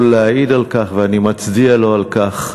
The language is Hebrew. ואני מצדיע לו על כך,